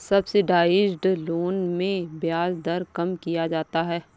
subsidised loan में ब्याज दर कम किया जाता है